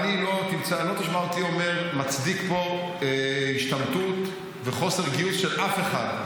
לא תשמע אותי מצדיק פה השתמטות וחוסר גיוס של אף אחד.